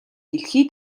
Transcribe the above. дэлхий